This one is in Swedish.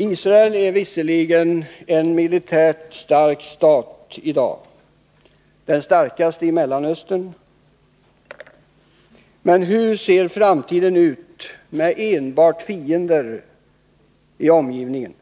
Israel är visserligen en militärt stark stat i dag, den starkaste i Mellanöstern, men hur ser framtiden ut med enbart fiender i omgivningen?